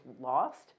lost